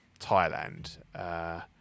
Thailand